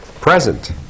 present